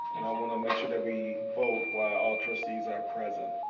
and i wanna make sure that we vote while all trustees are present.